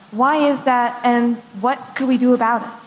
why is that? and what could we do about